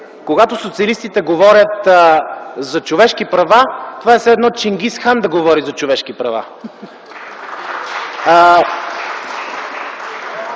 „когато социалистите говорят за човешки права, това е все едно Чингиз Хан да говори за човешки права”.